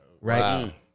right